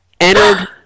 entered